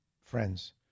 friends